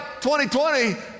2020